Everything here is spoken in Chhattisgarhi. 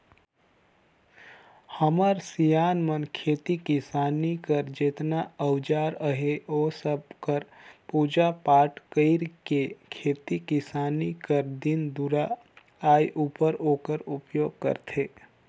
हमर सियान मन खेती किसानी कर जेतना अउजार अहे ओ सब कर पूजा पाठ कइर के खेती किसानी कर दिन दुरा आए उपर ओकर उपियोग करथे